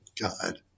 god